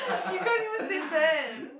he can't even say ten